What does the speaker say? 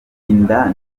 inda